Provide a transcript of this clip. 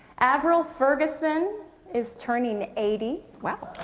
avril ferguson is turning eighty. wow!